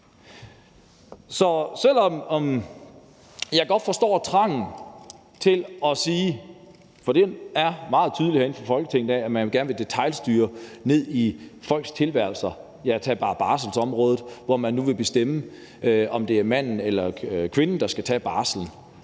Så selv om jeg godt forstår trangen til at sige, for den er meget tydelig herinde fra Folketinget, at man gerne vil detailstyre ned i folkets tilværelser – ja, tag bare barselsområdet, hvor man nu vil bestemme, om det er manden eller kvinden, der skal barslen